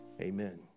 amen